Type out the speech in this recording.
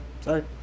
Sorry